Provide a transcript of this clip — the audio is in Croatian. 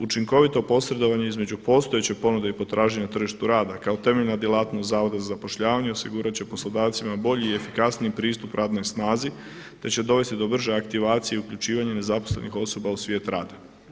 Učinkovito posredovanje između postojeće ponude i potražnje na tržištu rada kao temeljna djelatnost zavoda za zapošljavanje osigurati će poslodavcima bolji i efikasniji pristup radnoj snazi te će dovesti do brže aktivacije i uključivanje nezaposlenih osoba u svijet rada.